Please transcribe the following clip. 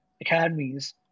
academies